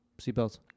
seatbelts